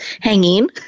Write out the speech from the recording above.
hanging